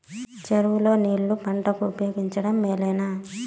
చెరువు లో నీళ్లు పంటలకు ఉపయోగించడం మేలేనా?